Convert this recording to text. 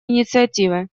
инициативы